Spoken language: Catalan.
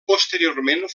posteriorment